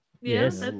yes